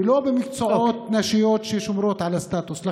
לא במקצועות נשיים ששומרים על הסטטוס.